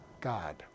God